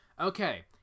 Okay